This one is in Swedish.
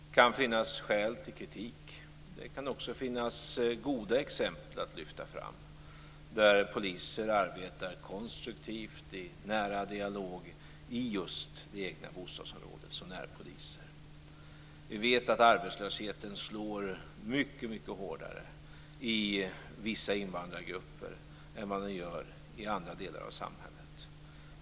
Det kan finnas skäl till kritik. Det kan också finnas goda exempel att lyfta fram, där poliser arbetar konstruktivt i nära dialog i just det egna bostadsområdet som närpoliser. Vi vet att arbetslösheten slår mycket hårdare i vissa invandrargrupper än vad den gör i andra delar av samhället.